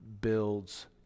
builds